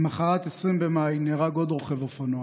למוחרת, 20 במאי, נהרג עוד רוכב אופנוע,